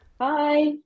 Hi